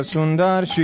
Sundar